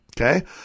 okay